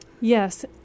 Yes